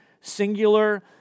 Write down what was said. singular